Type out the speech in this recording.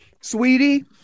sweetie